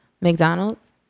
McDonald's